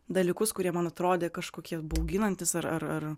dalykus kurie man atrodė kažkokie bauginantys ar ar ar